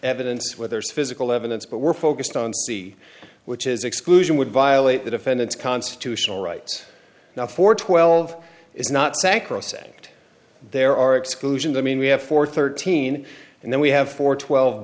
evidence where there is physical evidence but we're focused on see which is exclusion would violate the defendant's constitutional right now for twelve is not sacrosanct there are exclusions i mean we have four thirteen and then we have four twelve